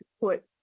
put